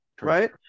right